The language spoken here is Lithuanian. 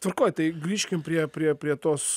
tvarkoj tai grįžkim prie prie prie tos